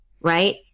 right